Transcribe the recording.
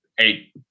eight